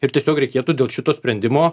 ir tiesiog reikėtų dėl šito sprendimo